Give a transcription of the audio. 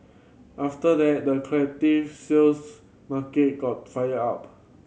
after that the collective sales market got fired up